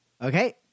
Okay